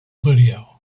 video